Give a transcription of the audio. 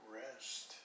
rest